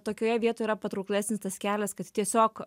tokioje vietoj yra patrauklesnis tas kelias kad tiesiog